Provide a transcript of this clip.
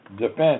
defense